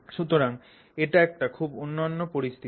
সুতরাং এটা একটা খুব অনন্য পরিস্থিতি